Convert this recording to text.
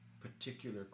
particular